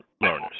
learners